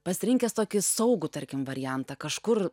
pasirinkęs tokį saugų tarkim variantą kažkur